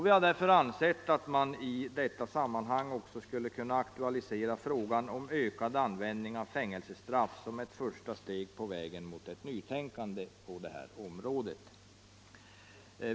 Vi har därför ansett att man i detta sammanhang också skulle kunna aktualisera frågan om minskad användning av fängelsestraff som ett första steg på vägen mot ett nytänkande på området.